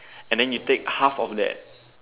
and than you take half of that